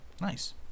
Nice